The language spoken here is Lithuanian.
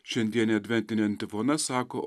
šiandienė adventinė antifona sako